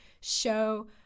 show